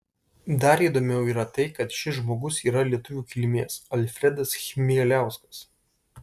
dar įdomiau yra tai kad šis žmogus yra lietuvių kilmės alfredas chmieliauskas